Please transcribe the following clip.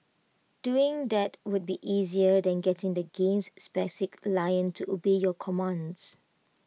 doing that would be easier than getting the game's lion to obey your commands